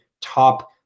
top